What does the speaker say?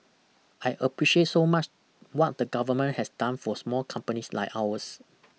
I appreciate so much what the government has done for small companies like ours